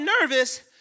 nervous